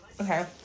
Okay